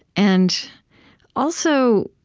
and also,